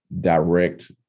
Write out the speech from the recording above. direct